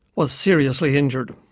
was seriously injured.